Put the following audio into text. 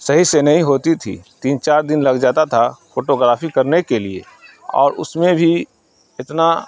صحیح سے نہیں ہوتی تھی تین چار دن لگ جاتا تھا فوٹوگرافی کرنے کے لیے اور اس میں بھی اتنا